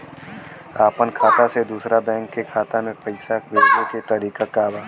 अपना खाता से दूसरा बैंक के खाता में पैसा भेजे के तरीका का बा?